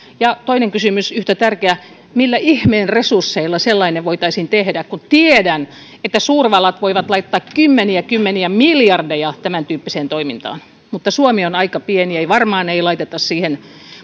ja toinen kysymys yhtä tärkeä millä ihmeen resursseilla sellainen voitaisiin tehdä tiedän että suurvallat voivat laittaa kymmeniä kymmeniä miljardeja tämäntyyppiseen toimintaan mutta suomi on aika pieni varmaan ei laiteta siihen